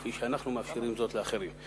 כפי שאנחנו מאפשרים זאת לאחרים.